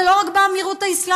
זה לא רק באמירות האסלאמית,